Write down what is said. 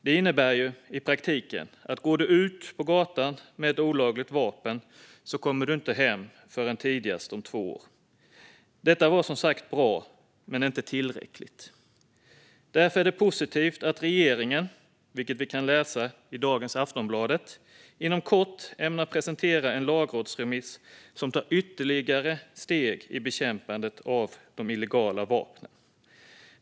Det innebär i praktiken att om du går ut på gatan med ett olagligt vapen kommer du inte hem förrän tidigast om två år. Detta var som sagt bra, men det är inte tillräckligt. Därför är det positivt att regeringen, vilket vi kan läsa i dagens Aftonbladet, inom kort ämnar presentera en lagrådsremiss som tar ytterligare steg i bekämpandet av de illegala vapnen.